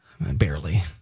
Barely